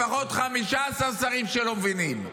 לפחות 15 שרים שלא מבינים,